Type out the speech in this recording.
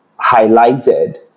highlighted